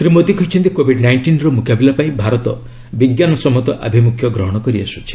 ଶ୍ରୀ ମୋଦୀ କହିଛନ୍ତି କୋବିଡ୍ ନାଇଷ୍ଟିନ୍ର ମୁକାବିଲା ପାଇଁ ଭାରତ ବିଜ୍ଞାନ ସମ୍ମତ ଆଭିମୁଖ୍ୟ ଗ୍ରହଣ କରିଆସୁଛି